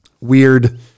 weird